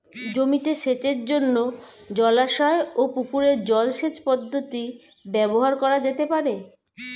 জমিতে সেচের জন্য জলাশয় ও পুকুরের জল সেচ পদ্ধতি ব্যবহার করা যেতে পারে?